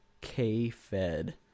K-Fed